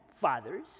fathers